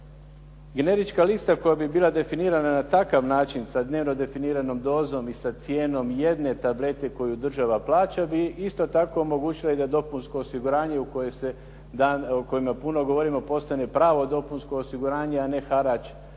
Generička lista koja bi bila definirana na takav način sa dnevno definiranom dozom i sa cijenom jedne tablete koju država plaća bi isto tako omogućila i da dopunsko osiguranje o kojemu puno govorimo, postane pravo dopunsko osiguranje, a ne harač